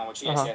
(uh huh)